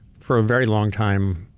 for a very long time,